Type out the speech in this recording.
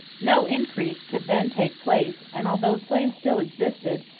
no increase could then take place, and although slaves still existed,